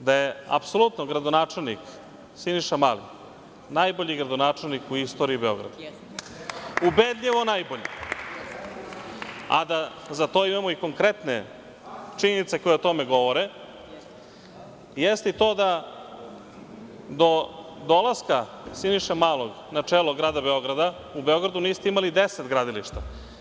da je apsolutno gradonačelnik Siniša Mali najbolji gradonačelnik u istoriji Beograda, ubedljivo najbolji, a za to imamo konkretne činjenice koje o tome govore, i to da do dolaska Siniše Malog u Beogradu niste imali 10 gradilišta.